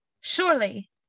surely